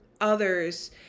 others